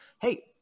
hey